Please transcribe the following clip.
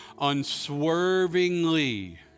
unswervingly